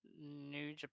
New